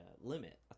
limit